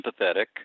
empathetic